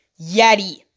Yeti